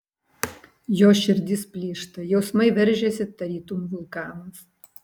jos širdis plyšta jausmai veržiasi tarytum vulkanas